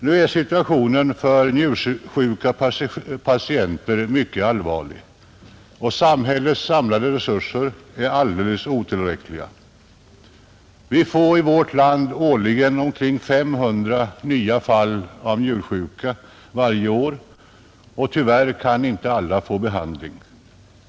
Nu är situationen för njursjuka patienter mycket allvarlig, och samhällets samlade resurser är alldeles otillräckliga. Vi får i vårt land omkring 500 nya fall varje år, och tyvärr kan inte alla behandlas.